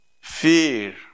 Fear